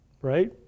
right